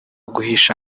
guhisha